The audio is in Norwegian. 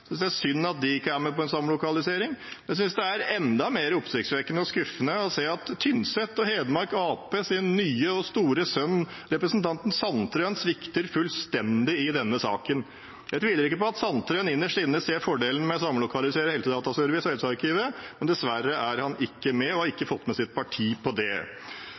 er med på en samlokalisering. Jeg synes det er enda mer oppsiktsvekkende og skuffende å se at Tynsets og Hedmark Arbeiderpartis nye store sønn, representanten Sandtrøen, svikter fullstendig i denne saken. Jeg tviler ikke på at Sandtrøen innerst inne ser fordelen med å samlokalisere Helsedataservice og Helsearkivet, men dessverre er han ikke med og har ikke fått med sitt parti på det.